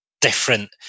different